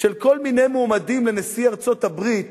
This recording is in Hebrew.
של כל מיני מועמדים לנשיא ארצות-הברית